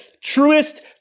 truest